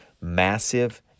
massive